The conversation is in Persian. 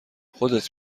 خودت